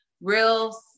real